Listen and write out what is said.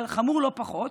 אבל חמור לא פחות,